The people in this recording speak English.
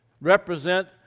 represent